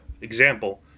Example